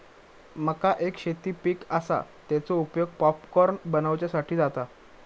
मका एक शेती पीक आसा, तेचो उपयोग पॉपकॉर्न बनवच्यासाठी जाता